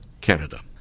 Canada